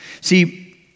See